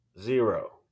zero